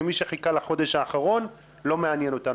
ומי שחיכה לחודש האחרון לא מעניין אותנו.